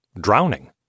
drowning